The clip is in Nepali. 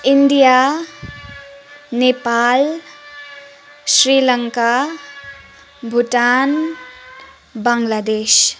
इन्डिया नेपाल श्रीलङ्का भुटान बाङ्लादेश